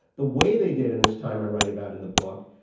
the way they did in this time i write about in the book,